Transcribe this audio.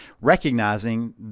recognizing